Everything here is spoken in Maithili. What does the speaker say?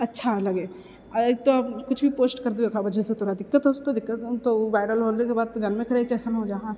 अच्छा लगै आ एतै किछु भी पोस्ट करि दियो जेकरा वजहसँ तोरा दिक्कत हो जेतौ दिक्कत वायरल होलाके बाद तो जानबे करै कइसन हो जाहऽ